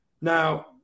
Now